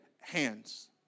hands